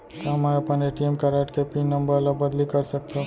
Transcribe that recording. का मैं अपन ए.टी.एम कारड के पिन नम्बर ल बदली कर सकथव?